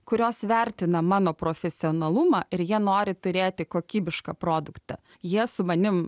kurios vertina mano profesionalumą ir jie nori turėti kokybišką produktą jie su manim